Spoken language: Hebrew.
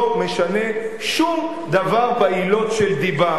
לא משנה שום דבר בעילות של דיבה.